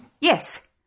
Yes